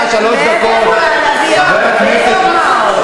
מה עשית בשביל העולים מרוסיה שאת מקפחת אותם?